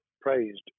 praised